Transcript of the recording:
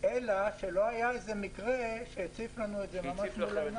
אלא שלא היה מקרה שהציף את הבעייתיות.